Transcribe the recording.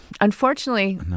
unfortunately